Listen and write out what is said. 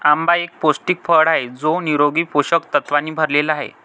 आंबा एक पौष्टिक फळ आहे जो निरोगी पोषक तत्वांनी भरलेला आहे